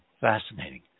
Fascinating